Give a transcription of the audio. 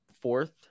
fourth